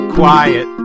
quiet